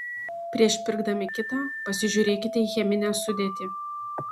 prieš pirkdami kitą pasižiūrėkite į cheminę sudėtį